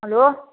hello